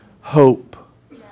Hope